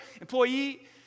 employee